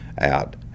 out